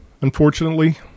unfortunately